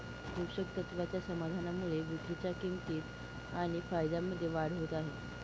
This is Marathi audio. पोषक तत्वाच्या समाधानामुळे विक्रीच्या किंमतीत आणि फायद्यामध्ये वाढ होत आहे